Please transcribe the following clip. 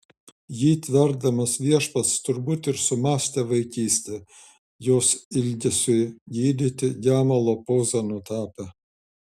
jį tverdamas viešpats turbūt ir sumąstė vaikystę jos ilgesiui gydyti gemalo pozą nutapė